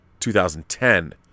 2010